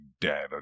dead